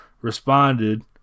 responded